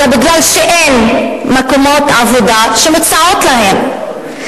אלא כי אין מקומות עבודה שמוצעים להן.